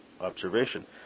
observation